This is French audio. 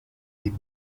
des